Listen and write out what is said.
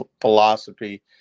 philosophy